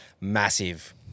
massive